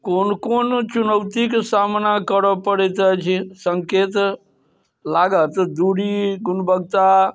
कोन कोन चुनौतीके सामना करऽ पड़ैत अछि सङ्केत लागत दूरी गुणवत्ता